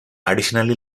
additionally